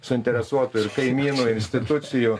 suinteresuotų ir kaimynų ir institucijų